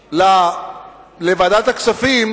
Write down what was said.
הציע.